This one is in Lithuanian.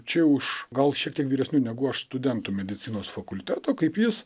čia už gal šiek tiek vyresnių negu aš studentų medicinos fakulteto kaip jis